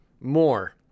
more